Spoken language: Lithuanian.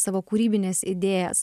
savo kūrybines idėjas